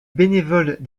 bénévoles